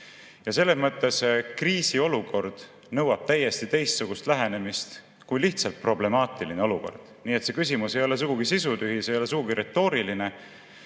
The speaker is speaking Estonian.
Selles mõttes nõuab kriisiolukord täiesti teistsugust lähenemist kui lihtsalt problemaatiline olukord. Nii et see küsimus ei ole sugugi sisutühi, see ei ole sugugi retooriline.